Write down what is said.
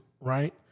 right